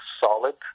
solid